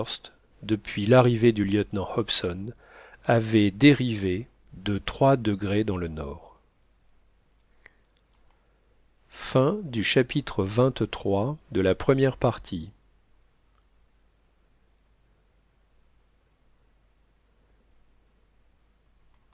depuis l'arrivée du lieutenant hobson avait dérivé de trois degrés dans le nord